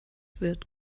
wird